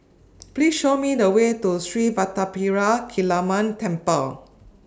Please Show Me The Way to Street Vadapathira Kaliamman Temple